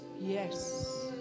yes